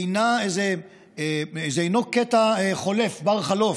אינו איזה קטע חולף, בר-חלוף.